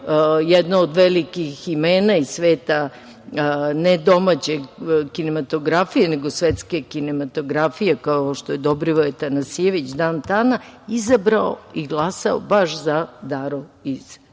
jedno od velikih imena iz sveta, ne domaće kinematografije, nego svetske kinematografije, kao što je Dobrivoje Tanasijević Dan Tana, izabrao i glasao baš za „Daru iz